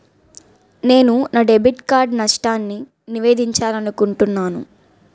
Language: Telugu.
నేను నా డెబిట్ కార్డ్ నష్టాన్ని నివేదించాలనుకుంటున్నాను